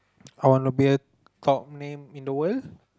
I wanna be a top name in the world